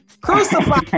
Crucify